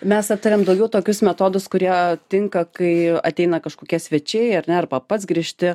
mes aptarėm daugiau tokius metodus kurie tinka kai ateina kažkokie svečiai ar ne arba pats grįžti